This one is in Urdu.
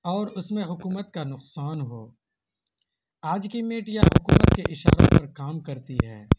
اور اس میں حکومت کا نقصان ہو آج کی میڈیا حکومت کے اشاروں پر کام کرتی ہے